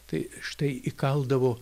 tai štai įkaldavo